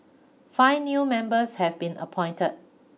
five new members have been appointed